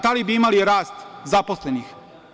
Da li bi imali rast zaposlenih?